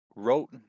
wrote